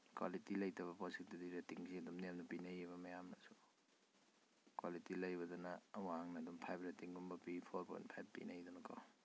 quality ꯂꯩꯇꯕ ꯄꯣꯠꯁꯤꯡꯗꯨꯗꯤ ꯔꯦꯇꯤꯡꯁꯦ ꯑꯗꯨꯝ ꯅꯦꯝꯅ ꯄꯤꯅꯩꯑꯕ ꯃꯌꯥꯝꯅꯁꯨ ꯀ꯭ꯋꯥꯂꯤꯇꯤ ꯂꯩꯕꯗꯨꯅ ꯋꯥꯡꯅ ꯑꯗꯨꯝ ꯐꯥꯏꯚ ꯔꯦꯇꯤꯡꯒꯨꯝꯕ ꯄꯤ ꯐꯣꯔ ꯄꯣꯏꯟ ꯐꯥꯏꯚ ꯄꯤꯅꯩꯗꯅꯀꯣ